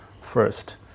first